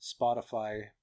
Spotify